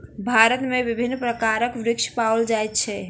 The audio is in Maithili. भारत में विभिन्न प्रकारक वृक्ष पाओल जाय छै